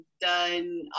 done